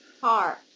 Car